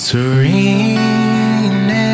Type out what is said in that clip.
Serene